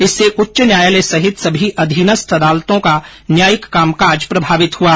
इससे उच्च न्यायालय सहित सभी अधीनस्थ न्यायालयों का न्यायिक कामकाज प्रभावित हुआ